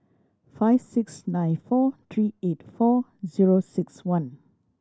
five six nine four three eight four zero six one